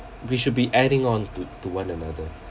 we should be adding on to to one another